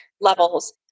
levels